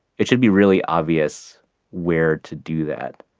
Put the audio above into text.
it should be really obvious where to do that.